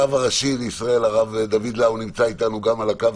הרב הראשי לישראל הרב דוד לאו נמצא אתנו גם על הקו.